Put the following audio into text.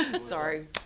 Sorry